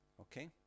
Okay